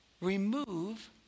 remove